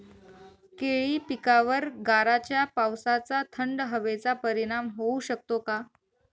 केळी पिकावर गाराच्या पावसाचा, थंड हवेचा परिणाम होऊ शकतो का?